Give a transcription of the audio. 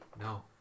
No